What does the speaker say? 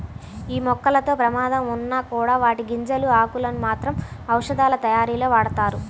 యీ మొక్కలతో ప్రమాదం ఉన్నా కూడా వాటి గింజలు, ఆకులను మాత్రం ఔషధాలతయారీలో వాడతారు